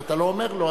ואתה לא אומר לו,